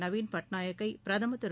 நவீன் பட்நாயக்கை பிரதமர் திரு